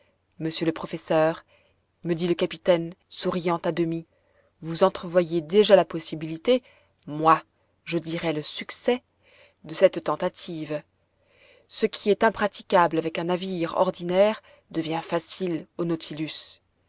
monsieur le professeur me dit le capitaine souriant à demi vous entrevoyez déjà la possibilité moi je dirai le succès de cette tentative ce qui est impraticable avec un navire ordinaire devient facile au nautilus